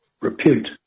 repute